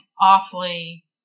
awfully